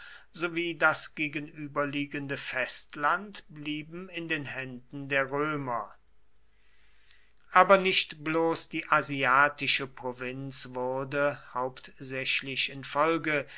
sowie das gegenüberliegende festland blieben in den händen der römer aber nicht bloß die asiatische provinz wurde hauptsächlich infolge